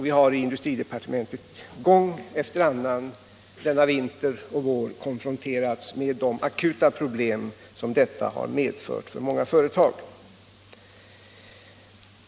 Vi har i industridepartementet gång efter annan denna vinter och vår konfronterats med de akuta problem som detta medfört för många företag.